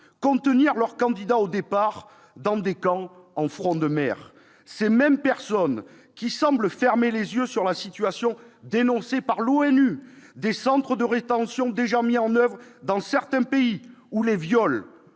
contenir leurs candidats au départ dans des camps situés en front de mer. Ces mêmes personnes semblent fermer les yeux sur la situation, dénoncée par l'ONU, dans les centres de rétention déjà mis en oeuvre dans certains pays, où viols,